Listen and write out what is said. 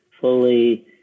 fully